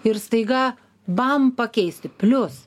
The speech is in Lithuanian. ir staiga bam pakeisti plius